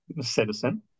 citizen